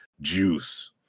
juice